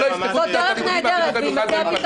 שלא יפתחו את הלימודים --- זו דרך נהדרת ויימצא הפתרון.